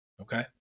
Okay